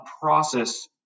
process